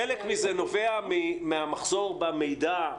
חלק מזה נובע מהמחסור מהמידע,